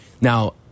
Now